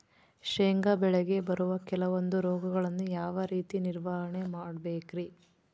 ಶೇಂಗಾ ಬೆಳೆಗೆ ಬರುವ ಕೆಲವೊಂದು ರೋಗಗಳನ್ನು ಯಾವ ರೇತಿ ನಿರ್ವಹಣೆ ಮಾಡಬೇಕ್ರಿ?